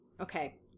Okay